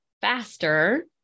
faster